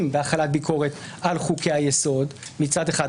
בהחלת ביקורת על חוקי היסוד מצד אחד,